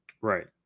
Right